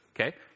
Okay